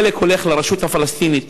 חלק הולכים לרשות הפלסטינית,